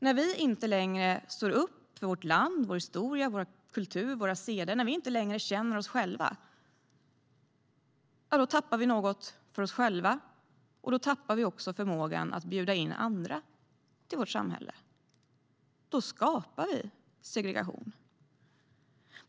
När vi inte längre står upp för vårt land, vår historia, vår kultur, våra seder, när vi inte längre känner oss själva, ja, då tappar vi något för oss själva och då tappar vi också förmågan att bjuda in andra till vårt samhälle. Då skapar vi segregation.